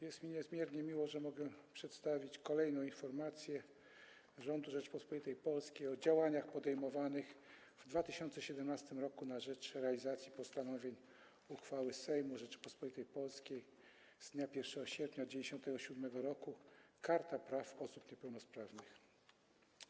Jest mi niezmiernie miło, że mogę przedstawić kolejną informację rządu Rzeczypospolitej Polskiej o działaniach podejmowanych w 2017 r. na rzecz realizacji postanowień uchwały Sejmu Rzeczypospolitej Polskiej z dnia 1 sierpnia 1997 r. Karta Praw Osób Niepełnosprawnych.